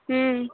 हुँ